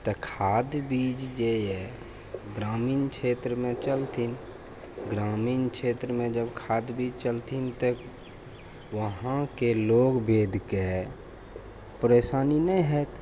तऽ खाद बीज जे यऽ ग्रामीण क्षेत्रमे चलतै ग्रामीण क्षेत्रमे जब खाद बीज चलथिन तऽ वहाँके लोग वेद के परेशानी नहि हैत